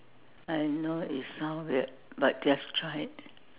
I know it sounds weird but just try it